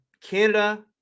Canada